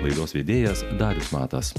laidos vedėjas darius matas